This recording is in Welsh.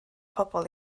pobl